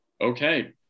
Okay